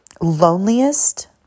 loneliest